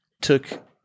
took